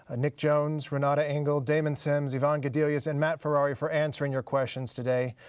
ah nick jones, renata engel, damon sims, yvonne gaudelias and matt ferrari for answering your questions today.